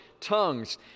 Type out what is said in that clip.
tongues